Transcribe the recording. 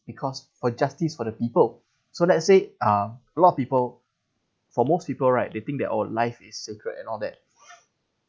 because for justice for the people so let's say uh a lot of people for most people right they think oh life is sacred and all that